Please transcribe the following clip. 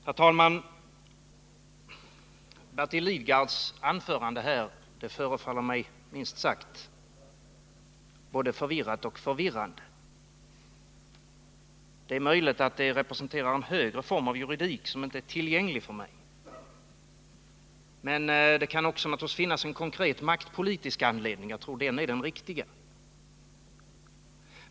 Herr talman! Bertil Lidgards anförande förefaller mig minst sagt både förvirrat och förvirrande. Det är möjligt att det representerar en högre form av juridik, som inte är tillgänglig för mig. Men det kan naturligtvis också finnas en konkret maktpolitisk anledning, och jag tror att det är den riktiga tolkningen.